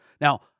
Now